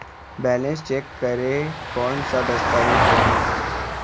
Balance check करें कोन सा दस्तावेज लगी?